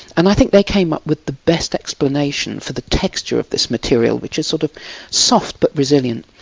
and i think they came up with the best explanation for the texture of this material, which is sort of soft but resilient,